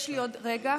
יש לי עוד רגע.